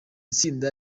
tsinda